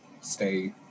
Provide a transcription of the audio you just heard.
stay